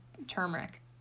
Turmeric